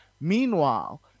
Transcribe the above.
Meanwhile